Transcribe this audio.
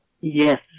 Yes